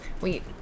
wait